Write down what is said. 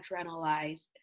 adrenalized